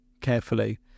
carefully